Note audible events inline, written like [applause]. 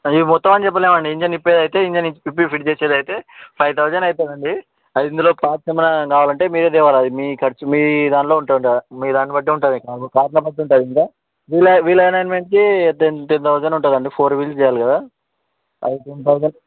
ఇది మొత్తం అని చెప్పలేమండి ఇంజన్ ఇప్పేది అయితే ఇంజన్ విప్పి ఫిట్ చేసేది అయితే ఫైవ్ తౌసండ్ అవుతుందండి అది ఇందులో పార్ట్స్ ఏమైనా కావాలంటే మీరే తేవాల అవి మీ ఖర్చు మీదాంట్లో ఉంటంట మీ దాన్ని బట్టి ఉంటుంది [unintelligible] ఉంటాయి ఇంక వీల్ వీల్ అలైన్మెంట్కి టెన్ టెన్ తౌసండ్ ఉంటుంది అండి ఫోర్ వీల్స్ చేయాలి కదా అవి టెన్ తౌసండ్